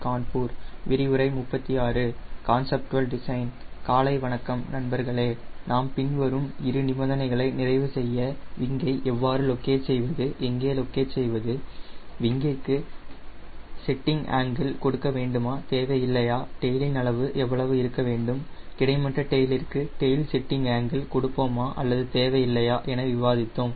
காலை வணக்கம் நண்பர்களே நாம் பின்வரும் இரு நிபந்தனைகளை நிறைவு செய்ய விங்கை எவ்வாறு லொக்கேட் செய்வது எங்கே லொக்கேட் செய்வது விங்கிற்கு செட்டிங் ஆங்கிள் கொடுக்க வேண்டுமா தேவை இல்லையா டெயிலின் அளவு எவ்வளவு இருக்க வேண்டும் கிடைமட்ட டெயிலிற்கு டெயில் செட்டிங் ஆங்கிள் கொடுப்போமா அல்லது தேவை இல்லையா என விவாதித்தோம்